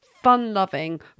fun-loving